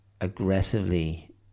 aggressively